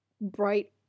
bright